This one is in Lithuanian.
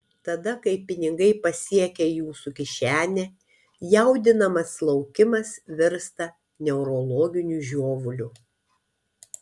tada kai pinigai pasiekia jūsų kišenę jaudinamas laukimas virsta neurologiniu žiovuliu